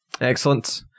Excellent